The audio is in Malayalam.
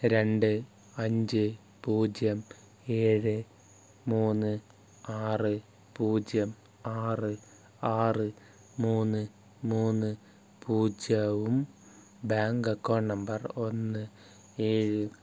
രണ്ട് അഞ്ച് പൂജ്യം ഏഴ് മൂന്ന് ആറ് പൂജ്യം ആറ് ആറ് മൂന്ന് മൂന്ന് പൂജ്യവും ബാങ്ക് അക്കൗണ്ട് നമ്പർ ഒന്ന് ഏഴ്